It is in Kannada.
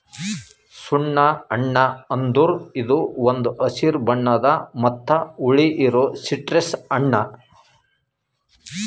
ಸುಣ್ಣ ಹಣ್ಣ ಅಂದುರ್ ಇದು ಒಂದ್ ಹಸಿರು ಬಣ್ಣದ್ ಮತ್ತ ಹುಳಿ ಇರೋ ಸಿಟ್ರಸ್ ಹಣ್ಣ